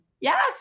Yes